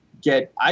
get